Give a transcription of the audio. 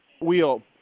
wheel